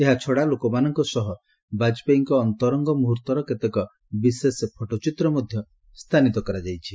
ଏହାଛଡ଼ା ଲୋକମାନଙ୍କ ସହ ବାଜପେୟୀଙ୍କ ଅନ୍ତରଙ୍ଗ ମୁହୂର୍ଭର କେତେକ ବିଶେଷ ଫଟୋଚିତ୍ର ମଧ୍ୟ ସ୍ଥାନିତ କରାଯାଇଛି